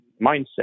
mindset